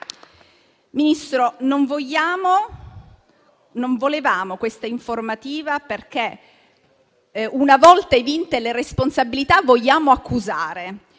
Ministro, non volevamo questa informativa perché, una volta evinte le responsabilità, vogliamo accusare.